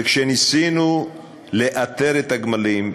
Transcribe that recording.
וכשניסינו לאתר את הגמלים,